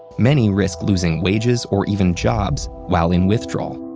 many risk losing wages or even jobs while in withdrawal,